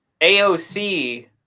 AOC